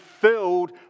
filled